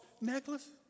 necklace